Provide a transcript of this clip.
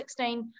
2016